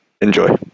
Enjoy